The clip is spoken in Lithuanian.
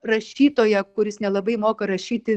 rašytoją kuris nelabai moka rašyti